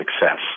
success